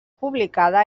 publicada